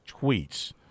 tweets